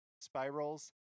spirals